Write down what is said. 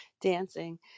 dancing